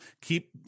keep